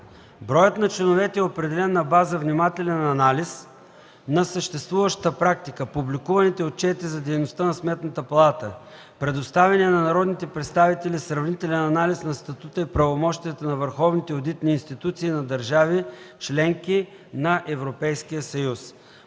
Броят на членовете е определен на база внимателен анализ на съществуващата практика, публикуваните отчети за дейността на Сметната палата, предоставения на народните представители Сравнителен анализ на статута и правомощията на върховните одитни институции на държави – членки на Европейския съюз.